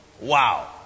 Wow